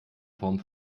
form